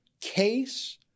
case